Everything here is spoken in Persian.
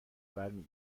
برمی